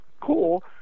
cool